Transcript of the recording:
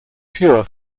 fewer